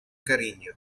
cariño